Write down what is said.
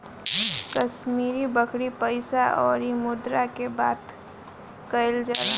कश्मीरी बकरी पइसा अउरी मुद्रा के बात कइल जाला